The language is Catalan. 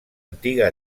antiga